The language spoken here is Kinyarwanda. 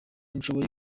nshoboye